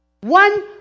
One